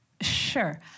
Sure